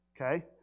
okay